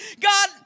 God